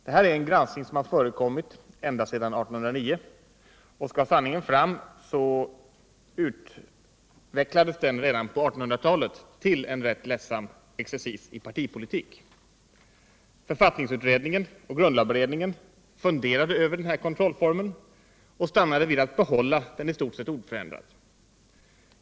Det här är en granskning som har förekommit ända sedan 1809, och skall sanningen fram utvecklades den redan på 1800-talet till en rätt ledsam exercis i partipolitik. Författningsutredningen och grundlagberedningen funderade över den här kontrollformen och stannade för att behålla den i stort sett oförändrad.